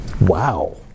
Wow